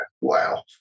wow